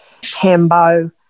Tambo